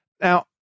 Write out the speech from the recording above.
now